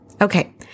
Okay